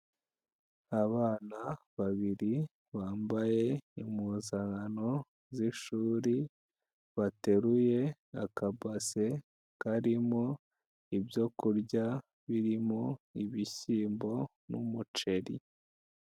Abana babiri bambaye impuzankano z'ishuri, bateruye akabase karimo ibyo kurya birimo ibishyimbo n'umuceri.